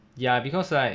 ya because like